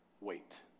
wait